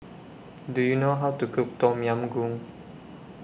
Do YOU know How to Cook Tom Yam Goong